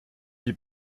die